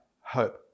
hope